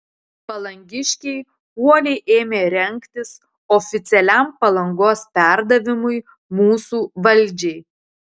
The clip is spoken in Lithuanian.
palangiškiai uoliai ėmė rengtis oficialiam palangos perdavimui mūsų valdžiai